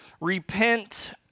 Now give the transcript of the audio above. repent